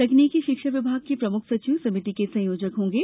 तकनीकी शिक्षा विभाग के प्रमुख सचिव समिति के संयोजक होंगे